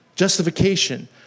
Justification